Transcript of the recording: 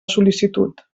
sol·licitud